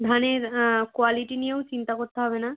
ধানের কোয়ালিটি নিয়েও চিন্তা কোত্তে হবে না